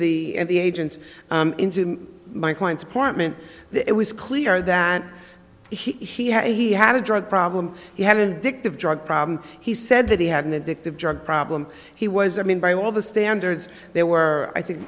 the the agents into my client's apartment it was clear that he had he had a drug problem you have an addictive drug problem he said that he had an addictive drug problem he was i mean by all the standards there were i think